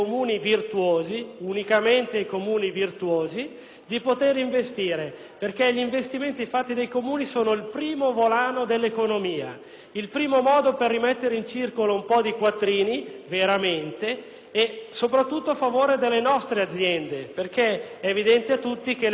di poter investire, perché gli investimenti da parte dei Comuni rappresentano il primo volano dell'economia, il primo modo per rimettere veramente in circolo un po' di quattrini soprattutto a favore delle nostre aziende (è evidente a tutti che le asfaltature, almeno quelle, non si possono importare).